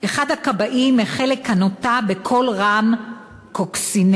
אחד הכבאים החל לכנותה בקול רם "קוקסינל",